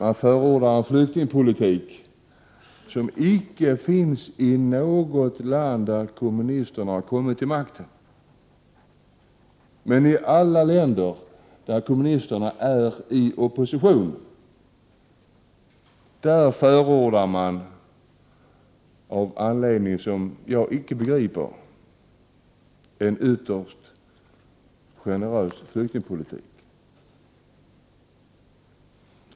De förordar en flyktingpolitik, som icke finns i något land där kommunisterna har kommit till makten. I alla länder där kommunisterna är i opposition förordar de, av en anledning som jag icke begriper, en ytterst generös flyktingpolitik.